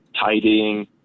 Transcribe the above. tidying